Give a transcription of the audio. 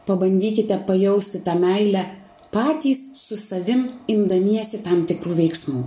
pabandykite pajausti tą meilę patys su savim imdamiesi tam tikrų veiksmų